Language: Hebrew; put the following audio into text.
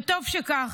וטוב שכך,